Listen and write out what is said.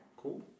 cool